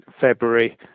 February